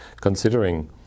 Considering